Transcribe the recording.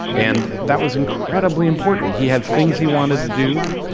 and that was incredibly important. he had things he wanted to do,